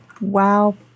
Wow